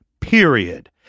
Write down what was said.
period